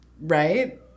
right